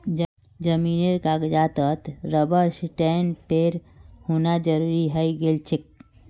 जमीनेर कागजातत रबर स्टैंपेर होना जरूरी हइ गेल छेक